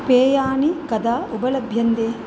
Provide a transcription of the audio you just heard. पेयानि कदा उपलभ्यन्ते